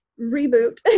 reboot